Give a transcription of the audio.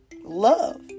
love